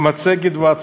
ההצגה